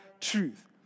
truth